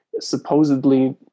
supposedly